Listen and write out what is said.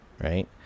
right